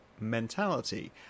mentality